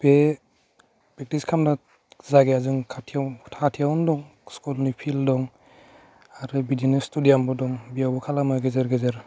बे प्रेक्टिस खालामनाय जायगाया जोंनि खाथियाव खाथियावनो दं स्कुलनि फिल्ड दं आरो बिदिनो स्टुडियामबो दं बेयावबो खालामो गेजेर गेजेर